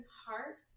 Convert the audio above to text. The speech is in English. heart